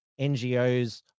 NGOs